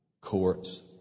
Courts